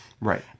right